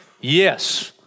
yes